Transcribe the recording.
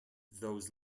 those